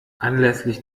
anlässlich